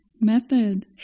method